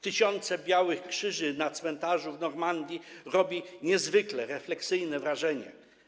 Tysiące białych krzyży na cmentarzu w Normandii sprawiają niezwykłe, refleksyjne wrażenie.